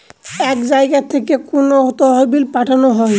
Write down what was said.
এক জায়গা থেকে কোনো তহবিল পাঠানো হয়